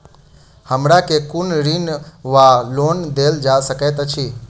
हमरा केँ कुन ऋण वा लोन देल जा सकैत अछि?